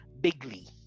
Bigly